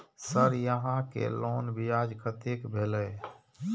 Sir यहां के loan ब्याज कतेक भेलेय?